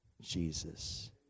Jesus